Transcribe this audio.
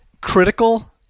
critical